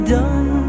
done